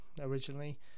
originally